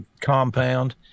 compound